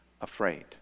afraid